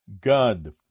God